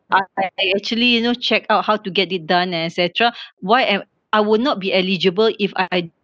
I actually you know check out how to get it done and etcetera why am I would not be eligible if I